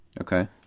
Okay